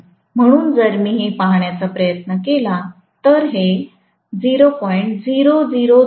म्हणून जर मी हे पाहण्याचा प्रयत्न केला तर हे 0